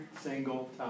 single